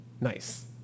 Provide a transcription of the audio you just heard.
nice